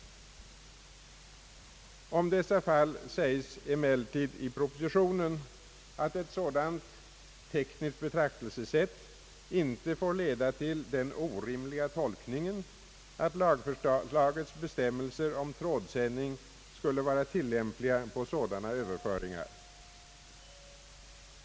Om dessa fall sägs emellertid i propositionen att ett sådant tekniskt betraktelsesätt inte får leda till den orimliga tolkningen, att lagförslagets bestämmelser om trådsändning skulle vara tillämpliga på sådana överföringar.